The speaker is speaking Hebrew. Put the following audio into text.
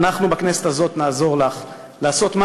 אנחנו בכנסת הזאת נעזור לך לעשות מה